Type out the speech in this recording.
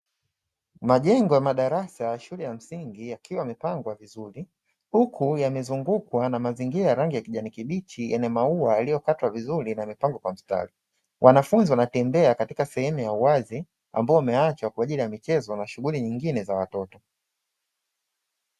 Majengo ya madarasa ya shule ya msingi yakiwa yamepangwa vizuri, huku yamezungukwa na mazingira ya rangi ya kijani kibichi yenye maua yaliyokatwa vizuri na yamepangwa kwa mstari. Wanafunzi wanatembea katika sehemu ya uwazi ambayo imeachwa kwa ajili ya michezo na shughuli nyingine za watoto.